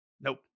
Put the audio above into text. nope